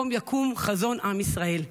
/ קום יקום חזון עם ישראל".